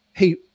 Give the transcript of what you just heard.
hey